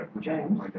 James